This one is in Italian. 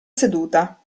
seduta